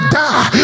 die